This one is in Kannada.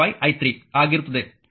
5i 3 ಆಗಿರುತ್ತದೆ